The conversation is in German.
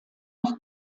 nach